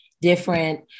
different